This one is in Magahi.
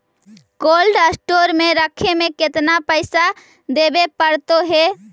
कोल्ड स्टोर में रखे में केतना पैसा देवे पड़तै है?